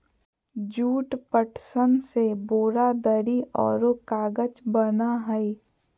jute, पटसन से बोरा, दरी औरो कागज बना हइ